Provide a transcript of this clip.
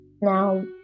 Now